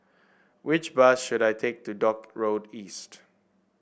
which bus should I take to Dock Road East